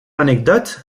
l’anecdote